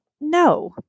no